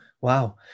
wow